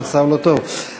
המצב לא טוב,